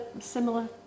similar